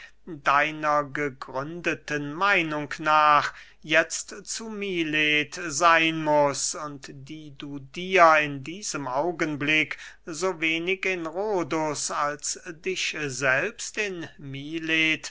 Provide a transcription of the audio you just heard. deiner gegründeten meinung nach jetzt zu milet seyn muß und die du dir in diesem augenblick so wenig in rhodus als dich selbst in milet